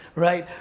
right.